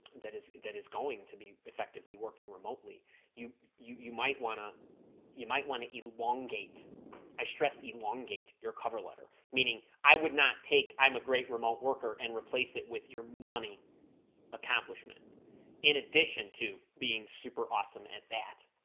that is that is going to be effectively working remotely you you you might want to you might want to eat elongate i stress elongate your cover letter meaning i would not take i'm a great remote worker and replace it with your money accomplishment in addition to being super awesome at that